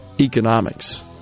economics